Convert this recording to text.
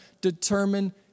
determine